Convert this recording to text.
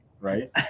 Right